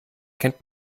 kennt